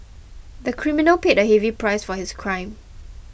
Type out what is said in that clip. the criminal paid a heavy price for his crime